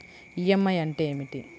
EMI అంటే ఏమిటి?